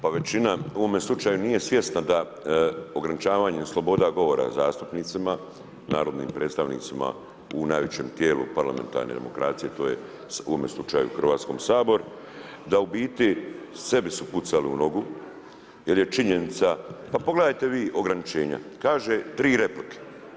Pa većina u ovome slučaju nije svjesna da ograničavanjem slobode govora zastupnicima, narodnim predstavnicima u najvećem tijelu parlamentarne demokracije, to je u ovome slučaju u Hrvatski sabor da u biti sebi su pucali u nogu jer je činjenica, pa pogledajte vi ograničenja kaže tri replike.